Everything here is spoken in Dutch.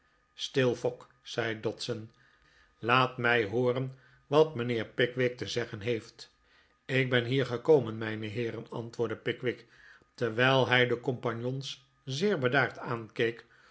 stil fogg zei dodson laat mij hooren wat mijnheer pickwick te zeggen heeft ik ben hier gekomen mijne heeren antwoordde pickwick terwijl hij de compagnons zeer bedaard aankeek